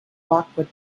lockwood